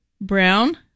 Brown